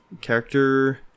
character